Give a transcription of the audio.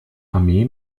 armee